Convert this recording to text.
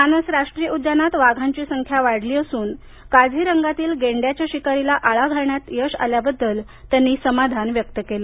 मानस राष्ट्रीय उद्यानात वाघांची संख्या वाढली असून काझीरंगातील गेंड्याच्या शिकारीला आळा घालण्यात यश आल्याबद्दल त्यांनी समाधान व्यक्त केलं